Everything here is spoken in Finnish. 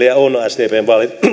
ja on sdpn